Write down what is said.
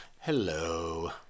Hello